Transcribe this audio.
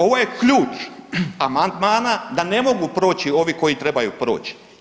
Ovo je ključ amandmana da ne mogu proći ovi koji trebaju proći.